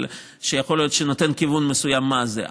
שיכול להיות שנותן כיוון מסוים מה זה.